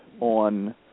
on